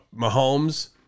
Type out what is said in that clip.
Mahomes